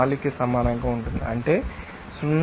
4 కి సమానంగా ఉంటుంది అంటే 0